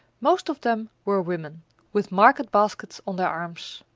most of them were women with market baskets on their arms.